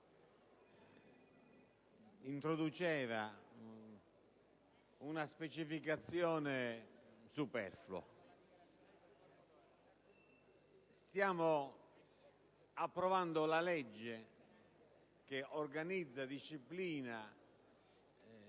introduce una specificazione superflua. Stiamo approvando una legge che organizza e disciplina